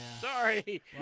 Sorry